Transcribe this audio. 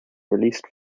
released